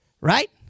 right